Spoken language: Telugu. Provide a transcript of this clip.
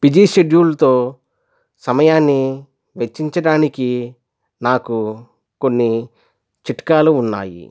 బిజీ షెడ్యూల్తో సమయాన్ని వెచ్చించడానికి నాకు కొన్ని చిట్కాలు ఉన్నాయి